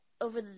over